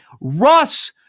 Russ